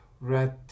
red